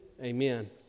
Amen